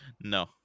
No